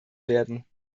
werden